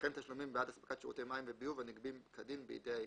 וכן תשלומים בעד אספקת שירותי מים וביוב הנגבים כדין בידי העירייה,